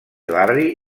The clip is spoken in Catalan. barri